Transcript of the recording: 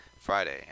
Friday